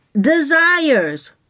desires